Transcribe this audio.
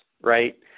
right